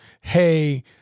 Hey